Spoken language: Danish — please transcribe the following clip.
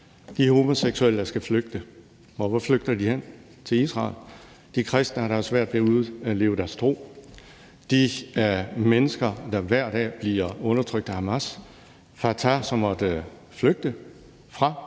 de homoseksuelle, der må flygte, og hvor flygter de hen? Til Israel. Der er de kristne, der svært ved at udleve deres tro. De er mennesker, der hver dag bliver undertrykt af Hamas. Der er Fatah, som måtte flygte fra